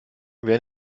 wer